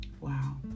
Wow